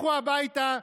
לכו הביתה.